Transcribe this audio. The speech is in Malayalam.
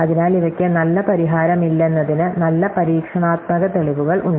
അതിനാൽ ഇവയ്ക്ക് നല്ല പരിഹാരമില്ലെന്നതിന് നല്ല പരീക്ഷണാത്മക തെളിവുകൾ ഉണ്ട്